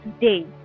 today